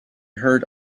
heard